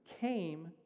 came